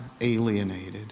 alienated